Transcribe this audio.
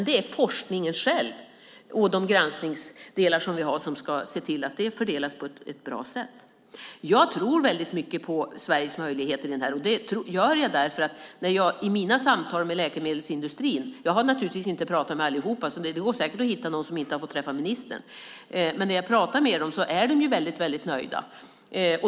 Det är forskningen själv och de granskningsorgan vi har som ska se till att de fördelas på ett bra sätt. Jag tror väldigt mycket på Sveriges möjligheter här. Det gör jag därför att jag i mina samtal med läkemedelsindustrin - jag har naturligtvis inte pratat med allihop, så det går säkert att hitta någon som inte har fått träffa ministern - får höra att de är väldigt nöjda.